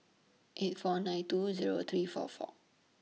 eight four nine two Zero three four four